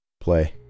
play